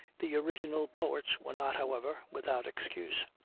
the original poets were not, however, without excuse.